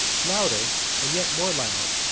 louder, and yet more loud,